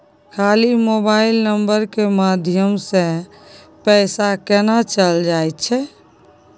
खाली mobile number के माध्यम से पैसा केना चल जायछै?